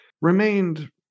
remained